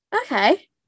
Okay